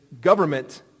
government